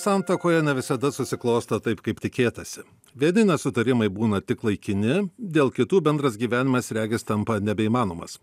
santuokoje ne visada susiklosto taip kaip tikėtasi vieni nesutarimai būna tik laikini dėl kitų bendras gyvenimas regis tampa nebeįmanomas